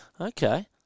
Okay